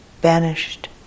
banished